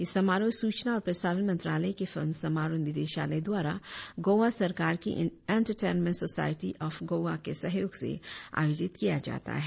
यह समारोह सूचना और प्रसारण मंत्रालय के फिल्म समारोह निदेशालय द्वारा गोवा सरकार की इंतरटेनमेंट सोसायटी ऑफ गोवा के सहयोग से आयोजित किया जाता है